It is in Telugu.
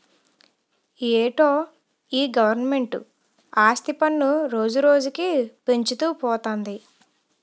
ఏటో ఈ గవరమెంటు ఆస్తి పన్ను రోజురోజుకీ పెంచుతూ పోతంది